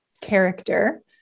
character